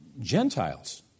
Gentiles